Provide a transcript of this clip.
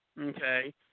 okay